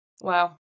Wow